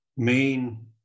Main